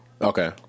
okay